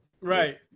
Right